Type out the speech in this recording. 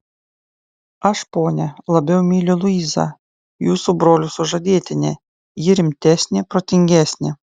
aš ponia labiau myliu luizą jūsų brolio sužadėtinę ji rimtesnė protingesnė